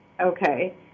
okay